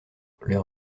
leur